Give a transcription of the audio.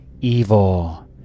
evil